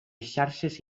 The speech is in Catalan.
xarxes